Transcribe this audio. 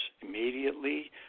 immediately